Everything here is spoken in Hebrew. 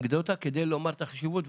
אנקדוטה כדי לומר את החשיבות,